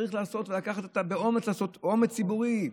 צריך לעשות באומץ ציבורי.